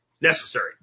Necessary